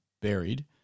buried